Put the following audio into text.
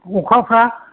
अखाफ्रा